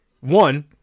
One